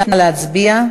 נא להצביע.